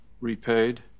repaid